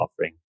offering